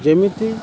ଯେମିତି